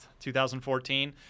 2014